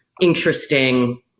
interesting